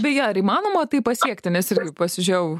beje ar įmanoma tai pasiekti nes irgi pasižėjau